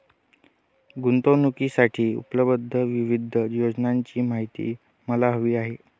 गुंतवणूकीसाठी उपलब्ध विविध योजनांची माहिती मला हवी आहे